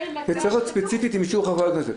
זה צריך להיות ספציפית עם אישור רופא הכנסת.